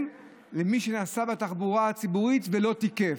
לבין מי שנסע בתחבורה הציבורית ולא תיקף.